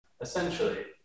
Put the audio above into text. Essentially